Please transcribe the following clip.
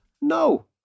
No